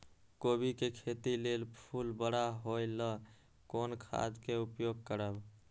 कोबी के खेती लेल फुल बड़ा होय ल कोन खाद के उपयोग करब?